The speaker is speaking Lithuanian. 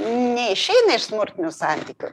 neišeina iš smurtinių santykių